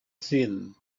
seen